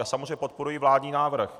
Samozřejmě podporuji vládní návrh.